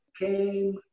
came